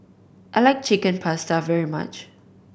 I like Chicken Pasta very much